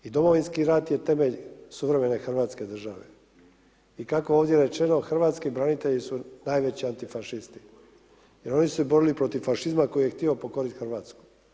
I Domovinski rat je temelj suvremene hrvatske države, i kako je ovdje rečeno, hrvatski branitelji su najveći antifašisti, jer oni su se borili protiv fašizma koji je htio pokoriti Hrvatsku.